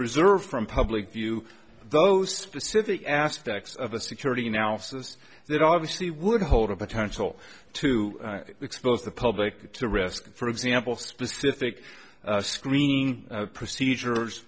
reserve from public view those specific aspects of a security analysis that obviously would hold a potential to expose the public to risk for example specific screening procedures